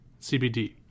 CBD